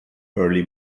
early